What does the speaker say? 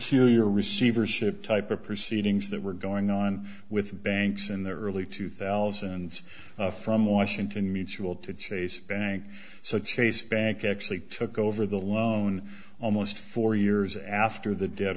peculiar receivership type of proceedings that were going on with banks in the early two thousand and six from washington mutual to chase bank so chase bank actually took over the loan almost four years after the de